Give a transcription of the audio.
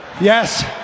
yes